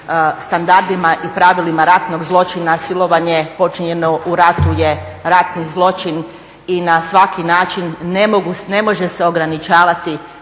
standardima i pravilima ratnog zločina. Silovanje počinjeno u ratu je ratni zločin i na svaki način ne može se ograničavati